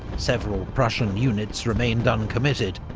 several prussian units remained uncommitted.